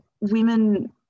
women